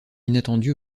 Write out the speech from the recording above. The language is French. inattendu